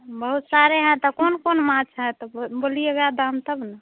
बहुत सारे हैं तो कौन कौन माछ है तो बोलिएगा दाम तब ना